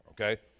okay